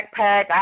backpack